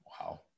Wow